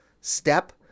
step